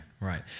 right